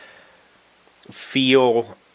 feel